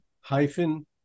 hyphen